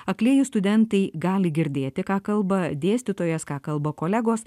aklieji studentai gali girdėti ką kalba dėstytojas ką kalba kolegos